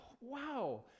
Wow